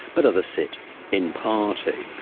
but others sit in party,